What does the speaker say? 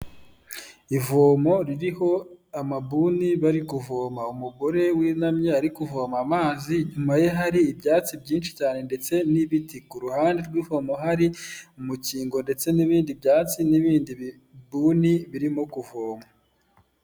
Ivomo ririho amabuni bari kuvoma umugore wunamye ari kuvoma amazi inyuma ye hari ibyatsi byinshi cyane ndetse n'ibiti ku ruhande rw'ivomo hari umukingo ndetse n'ibindi byatsi n'ibindi bibuni birimo kuvoma.